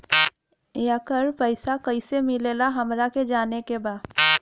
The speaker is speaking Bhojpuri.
येकर पैसा कैसे मिलेला हमरा के जाने के बा?